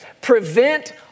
prevent